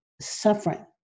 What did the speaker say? suffering